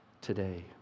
today